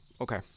okay